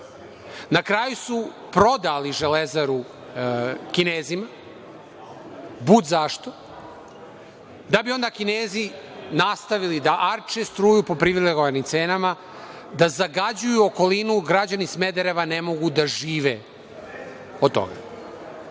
Na kraju su prodali „Železaru“ Kinezima, budzašto, da bi onda Kinezi nastavili da arče struju po privilegovanim cenama, da zagađuju okolinu, građani Smedereva ne mogu da žive od toga. Radi